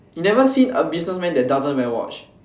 you never see a businessman that doesn't wear watch